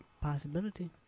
possibility